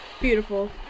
Beautiful